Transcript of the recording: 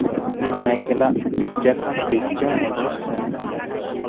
ᱤᱧ ᱢᱟᱭᱠᱮᱞᱟᱜ ᱯᱤᱡᱡᱟ ᱠᱷᱚᱱ ᱯᱤᱡᱡᱟ ᱚᱰᱟᱨ ᱥᱟᱱᱟᱹᱧ ᱠᱟᱱᱟ